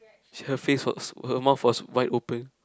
her face was her mouth was wide open